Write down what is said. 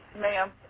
Ma'am